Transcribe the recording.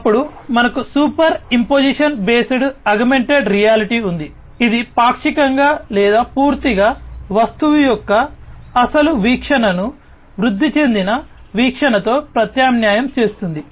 అప్పుడు మనకు superimposition based augmented reality ఉంది ఇది పాక్షికంగా లేదా పూర్తిగా వస్తువు యొక్క అసలు వీక్షణను వృద్ధి చెందిన వీక్షణతో ప్రత్యామ్నాయం చేస్తుంది